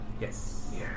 yes